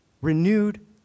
renewed